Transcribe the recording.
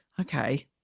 okay